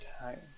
time